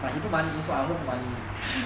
but he put money into our own money